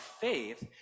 faith